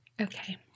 Okay